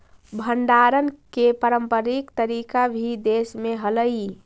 भण्डारण के पारम्परिक तरीका भी देश में हलइ